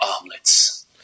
omelets